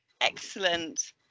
Excellent